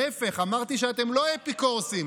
להפך, אמרתי שאתם לא אפיקורסים.